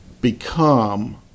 become